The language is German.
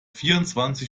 vierundzwanzig